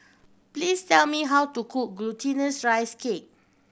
please tell me how to cook Glutinous Rice Cake